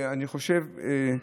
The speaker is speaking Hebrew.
אני חושב,